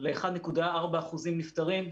ל-1.4% נפטרים,